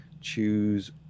choose